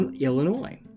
Illinois